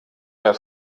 mehr